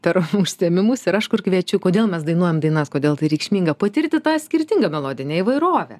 per užsiėmimus ir aš kur kviečiu kodėl mes dainuojam dainas kodėl tai reikšminga patirti tą skirtingą melodinę įvairovę